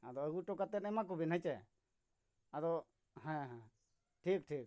ᱟᱫᱚ ᱟᱹᱜᱩ ᱦᱚᱴᱚ ᱠᱟᱛᱮᱫ ᱮᱢᱟ ᱠᱚᱵᱤᱱ ᱦᱮᱸᱥᱮ ᱟᱫᱚ ᱦᱮᱸ ᱦᱮᱸ ᱴᱷᱤᱠ ᱴᱷᱤᱠ ᱴᱷᱤᱠ